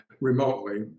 remotely